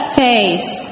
face